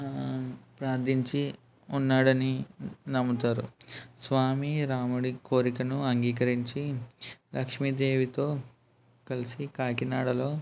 ప్రార్ధించి ఉన్నాడని నమ్ముతారు స్వామి రాముడి కోరికను అంగీరంచి లక్ష్మీ దేవితో కలిసి కాకినాడలో